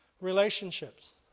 Relationships